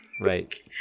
Right